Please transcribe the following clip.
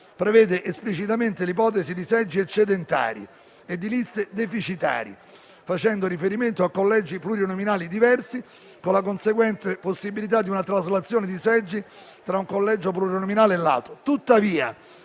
prevede esplicitamente l'ipotesi di seggi eccedentari e di liste deficitarie, facendo riferimento a collegi plurinominali diversi, con la conseguente possibilità di una traslazione di seggi tra un collegio plurinominale e l'altro.